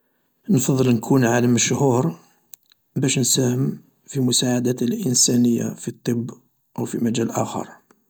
نفضل نكون عالم مشهور باش نساهم في مساعدة الإنسانية في الطب او في مجال آخر.